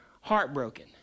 heartbroken